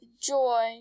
joy